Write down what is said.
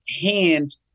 hand